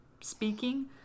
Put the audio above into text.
speaking